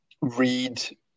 read